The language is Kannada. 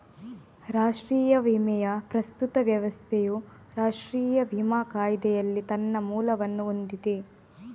ರಾಷ್ಟ್ರೀಯ ವಿಮೆಯ ಪ್ರಸ್ತುತ ವ್ಯವಸ್ಥೆಯು ರಾಷ್ಟ್ರೀಯ ವಿಮಾ ಕಾಯಿದೆಯಲ್ಲಿ ತನ್ನ ಮೂಲವನ್ನು ಹೊಂದಿದೆ